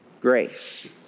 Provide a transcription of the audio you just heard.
grace